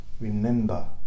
remember